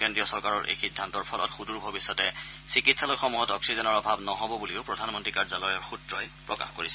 কেন্দ্ৰীয় চৰকাৰৰ এই সিদ্ধান্তৰ ফলত সুদূৰ ভৱিষ্যতে চিকিৎসালয়সমূহত অক্সিজেনৰ অভাৱ নহ'ব বুলিও প্ৰধানমন্ত্ৰী কাৰ্যালয়ৰ সূত্ৰই প্ৰকাশ কৰিছে